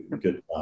Good